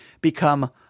become